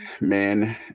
man